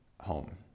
home